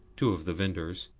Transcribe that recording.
two of the vendors,